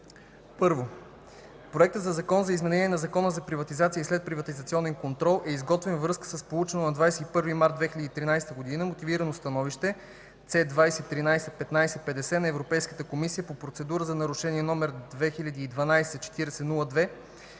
I. Проектът на Закон за изменение на Закона за приватизация и следприватизационен контрол е изготвен във връзка с получено на 21 март 2013 г. Мотивирано становище C (2013) 1550 на Европейската комисия по процедура за нарушение № 2012/4002.